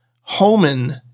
Homan